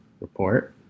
report